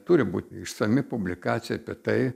turi būti išsami publikacija apie tai